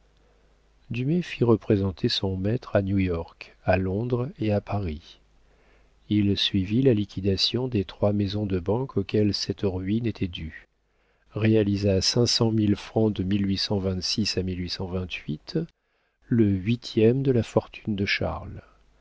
fit représenter son maître à new-york à londres et à paris il suivit la liquidation des trois maisons de banque auxquelles cette ruine était due réalisa cinq cent mille francs de le huitième de la fortune de charles